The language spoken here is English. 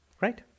Right